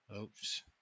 Oops